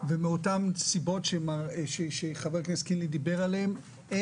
ומאותן סיבות שחבר הכנסת קינלי דיבר עליהן וגם לאור הצרכים,